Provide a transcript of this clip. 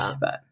but-